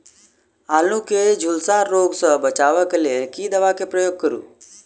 आलु केँ झुलसा रोग सऽ बचाब केँ लेल केँ दवा केँ प्रयोग करू?